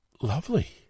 lovely